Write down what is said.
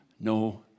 no